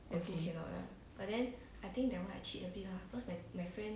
okay